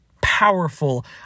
powerful